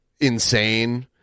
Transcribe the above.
insane